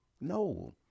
no